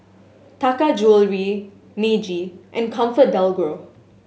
Taka Jewelry Meiji and ComfortDelGro